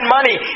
Money